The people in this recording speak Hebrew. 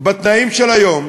בתנאים של היום,